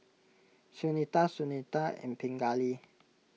Sunita Sunita and Pingali